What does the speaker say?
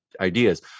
ideas